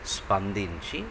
స్పందించి